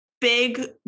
big